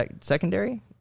Secondary